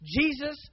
Jesus